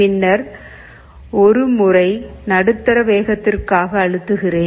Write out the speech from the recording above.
பின்னர் ஒரு முறை நடுத்தர வேகத்திற்க்காக அழுத்துகிறேன்